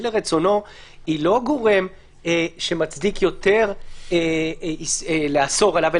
לרצונו היא לא גורם שמצדיק יותר לאסור עליו,